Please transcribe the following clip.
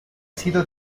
sido